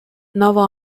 novo